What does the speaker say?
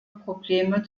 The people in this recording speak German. probleme